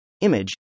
image